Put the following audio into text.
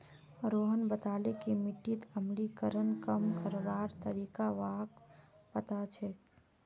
रोहन बताले कि मिट्टीत अम्लीकरणक कम करवार तरीका व्हाक पता छअ